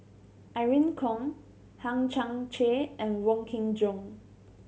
Irene Khong Hang Chang Chieh and Wong Kin Jong